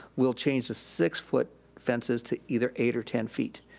we'll change the six foot fences to either eight or ten feet.